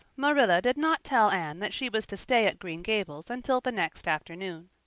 marilla did not tell anne that she was to stay at green gables until the next afternoon.